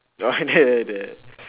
oh I remember that